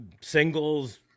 Singles